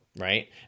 right